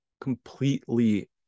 completely